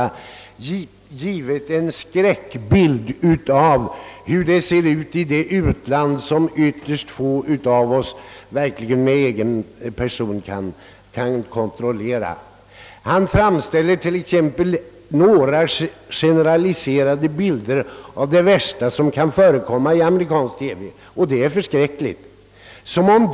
Han har gett en skräckbild av hur det ser ut i utlandet, vilken ytterst få av oss personligen kan kontrollera. Han framställer t.ex. några generaliserande exempel på det värsta som kan förekomma i amerikansk TV — och det är förskräckligt — såsom typiskt.